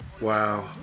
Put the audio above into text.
wow